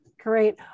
Great